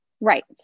right